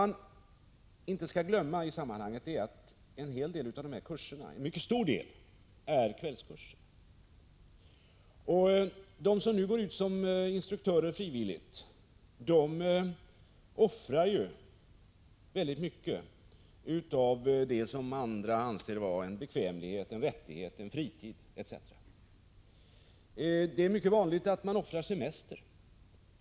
1985/86:147 Vad man inte skall glömma är att en mycket stor del av kurserna är 21 maj 1986 kvällskurser. De som frivilligt går ut som instruktörer offrar mycket av det som andra anser vara bekvämlighet, rättighet, fritid etc. Det är mycket vanligt att man offrar semester.